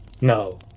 No